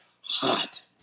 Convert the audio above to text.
hot